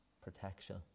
protection